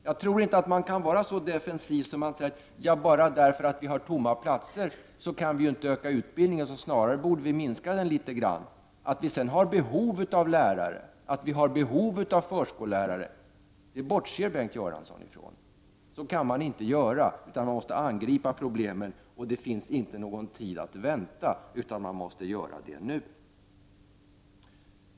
Jag tror inte att man kan vara så defensiv att man säger att vi inte kan öka utbildningen eftersom vi har tomma platser och att vi då snarare borde minska litet. Att vi sedan har behov av lärare och förskollärare bortser Bengt Göransson då från. Så kan man inte göra. Man måste angripa problemen, och vi har inte tid att vänta, utan man måste göra det nu.